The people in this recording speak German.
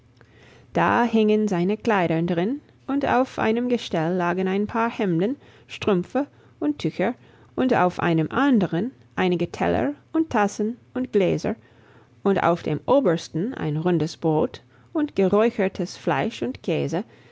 da hingen seine kleider drin und auf einem gestell lagen ein paar hemden strümpfe und tücher und auf einem anderen einige teller und tassen und gläser und auf dem obersten ein rundes brot und geräuchertes fleisch und käse